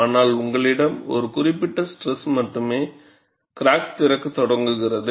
ஆனால் உங்களிடம் ஒரு குறிப்பிட்ட ஸ்ட்ரெஸ் மட்டுமே கிராக் திறக்கத் தொடங்குகிறது